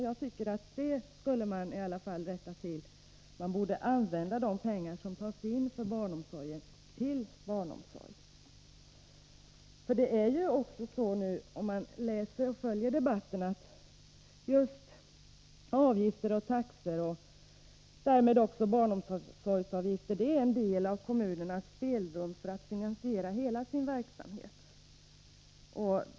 Jag tycker att man i alla fall skulle rätta till detta. Man borde använda de pengar som tas in för barnomsorgen till barnomsorg. Om man följer debatten finner man ju att just avgifter och taxor, och däribland barnomsorgsavgifter, utgör en del av kommunernas spelrum för att finansiera hela deras verksamhet.